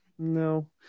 No